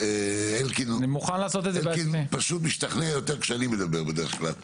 אלקין משתכנע יותר כשאני מדבר בדרך כלל.